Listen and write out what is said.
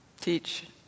teach